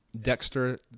Dexter